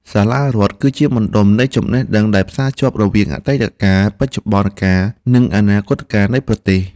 សាលារដ្ឋគឺជាបណ្តុំនៃចំណេះដឹងដែលផ្សារភ្ជាប់រវាងអតីតកាល បច្ចុប្បន្នកាល និងអនាគតកាលនៃប្រទេស។